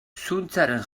zuntzaren